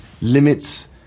limits